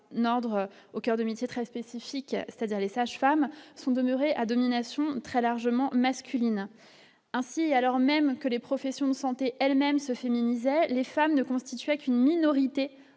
n'ordre au coeur de métier très spécifique, c'est-à-dire les sages-femmes sont demeurés à domination très largement masculine ainsi, alors même que les professions de santé, elle même se féminiser les femmes ne constituait qu'une minorité